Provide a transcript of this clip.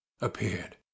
appeared